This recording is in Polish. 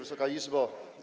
Wysoka Izbo!